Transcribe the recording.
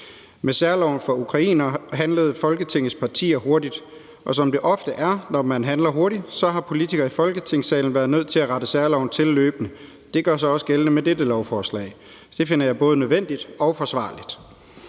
Med særloven for ukrainere handlede Folketingets partier hurtigt, og som det ofte er tilfældet, når man handler hurtigt, har politikere i Folketingssalen været nødt til at rette særloven til løbende. Det gør sig også gældende med dette lovforslag, så det finder jeg både nødvendigt og forsvarligt.